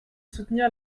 soutenir